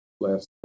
last